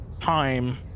time